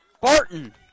Barton